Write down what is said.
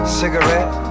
cigarette